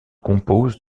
compose